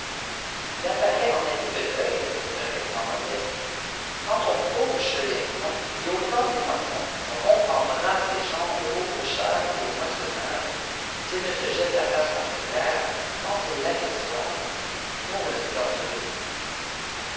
quand on fauche lès foins et au temps des moissons rompant bras et jambes aux faucheurs et aux moissonneurs s'ils ne se jettent la face contre terre quand ils l'aperçoivent ohl lé dangereux esprit